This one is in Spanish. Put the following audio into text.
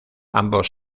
ambos